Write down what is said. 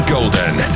Golden